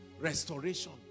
Restoration